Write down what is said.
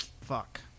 Fuck